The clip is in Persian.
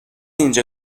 اینجا